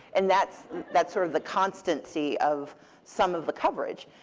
and that's that's sort of the constancy of some of the coverage.